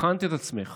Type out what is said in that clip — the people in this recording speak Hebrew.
הכנת את עצמך